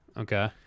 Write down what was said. Okay